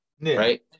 right